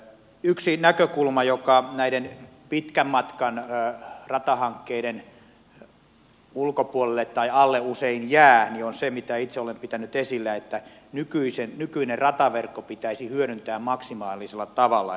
yksi näkökulma joka näiden pitkän matkan ratahankkeiden ulkopuolelle tai alle usein jää on se mitä itse olen pitänyt esillä että nykyinen rataverkko pitäisi hyödyntää maksimaalisella tavalla